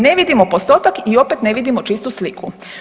Ne vidimo postotak i opet ne vidimo čistu sliku.